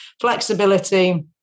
flexibility